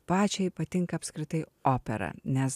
pačiai patinka apskritai opera nes